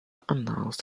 announced